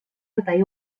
fyddai